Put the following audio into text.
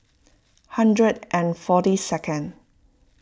hundred and forty second